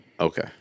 Okay